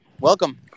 Welcome